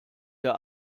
der